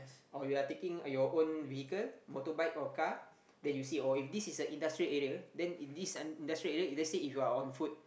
or you are taking your own vehicle motorbike or car that you see or if this is a industrial area then it this industrial area if let's say you are on foot